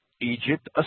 Egypt